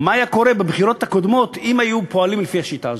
מה היה קורה בבחירות הקודמות אם היו פועלים לפי השיטה הזאת.